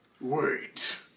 Wait